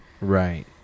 Right